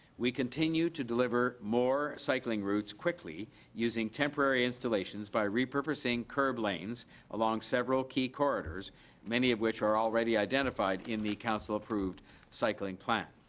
we continue to deliver more cycling routes quickly using temporary installations by repurposing curb lanes along several key corridors many of which are already identified in the council approved cycling plan.